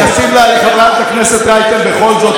אני אשיב לחברת הכנסת רייטן בכל זאת,